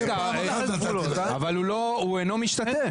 אבל הוא אינו משתתף.